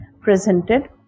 presented